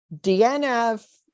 DNF